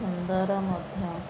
ସୁନ୍ଦର ମଧ୍ୟ